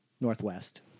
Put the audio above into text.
Northwest